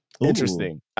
Interesting